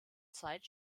zeit